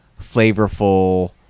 flavorful